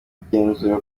kugenzura